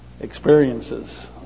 experiences